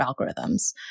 algorithms